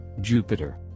Jupiter